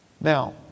Now